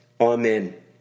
Amen